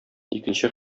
икенче